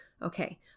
Okay